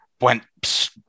went